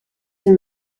een